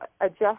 adjust